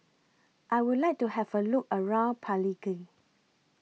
I Would like to Have A Look around Palikir